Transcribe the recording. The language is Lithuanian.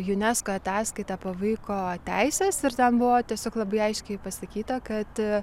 unesco ataskaita apie vaiko teises ir ten buvo tiesiog labai aiškiai pasakyta kad